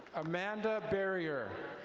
amanda barrier.